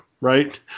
right